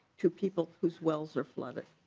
two people whose wells are flooded.